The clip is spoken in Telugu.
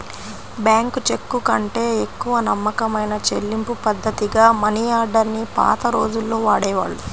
బ్యాంకు చెక్కుకంటే ఎక్కువ నమ్మకమైన చెల్లింపుపద్ధతిగా మనియార్డర్ ని పాత రోజుల్లో వాడేవాళ్ళు